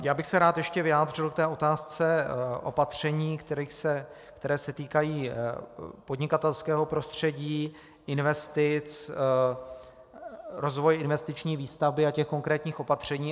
Já bych se rád ještě vyjádřil k otázce opatření, která se týkají podnikatelského prostředí, investic, rozvoje investiční výstavby a těch konkrétních opatření.